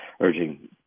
urging